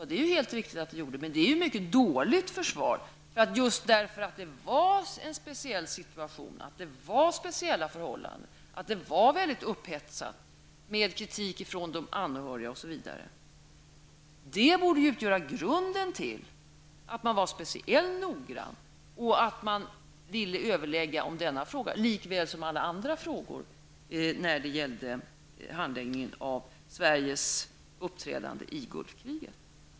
Det är helt riktigt att så var fallet, men det är ett mycket dåligt försvar, eftersom just det faktum att situationen var speciell, att det rådde speciella förhållanden och att läget var väldigt upphetsat med kritik från de anhöriga borde utgöra en grund för regeringen att vara speciellt noggrann och göra det önskvärt med överläggningar i denna fråga liksom i alla andra frågor i samband med Sveriges uppträdande i Gulfkriget.